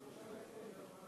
הישיבה הבאה תתקיים מחר,